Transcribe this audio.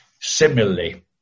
Similarly